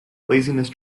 laziness